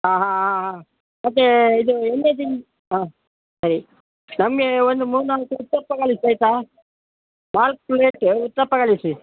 ಹಾಂ ಹಾಂ ಹಾಂ ಹಾಂ ಮತ್ತು ಇದು ಹಾಂ ಸರಿ ನಮ್ಗೆ ಒಂದು ಮೂರು ನಾಲ್ಕು ಉತ್ತಪ್ಪ ಕಳಿಸಿ ಆಯಿತಾ ನಾಲ್ಕು ಪ್ಲೇಟು ಉತ್ತಪ್ಪ ಕಳಿಸಿ